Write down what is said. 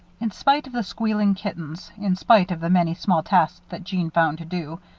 in spite of the squealing kittens, in spite of the many small tasks that jeanne found to do,